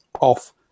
off